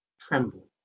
tremble